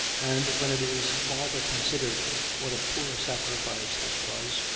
and when it is farther considered what a poor sacrifice this was,